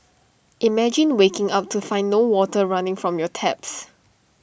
imagine waking up to find no water running from your taps